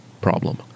problem